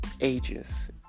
ages